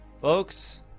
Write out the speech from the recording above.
Folks